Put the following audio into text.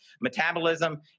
metabolism